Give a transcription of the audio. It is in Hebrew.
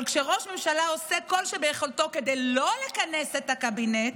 אבל כשראש ממשלה עושה כל שביכולתו כדי לא לכנס את הקבינט,